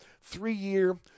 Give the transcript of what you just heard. three-year